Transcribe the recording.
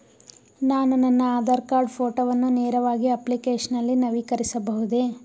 ನಾನು ನನ್ನ ಆಧಾರ್ ಕಾರ್ಡ್ ಫೋಟೋವನ್ನು ನೇರವಾಗಿ ಅಪ್ಲಿಕೇಶನ್ ನಲ್ಲಿ ನವೀಕರಿಸಬಹುದೇ?